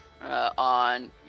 on